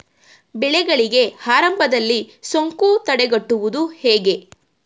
ಬೆಳೆಗಳಿಗೆ ಆರಂಭದಲ್ಲಿ ಸೋಂಕು ತಡೆಗಟ್ಟುವುದು ಹೇಗೆ?